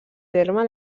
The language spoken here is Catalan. terme